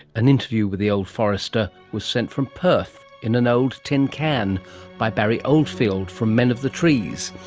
an interview with the old forester was sent from perth in an old tin can by barrie oldfield from men of the trees.